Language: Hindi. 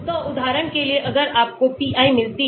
तो उदाहरण के लिए अगर आपको pi मिलती है